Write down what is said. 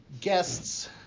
guests